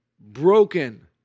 broken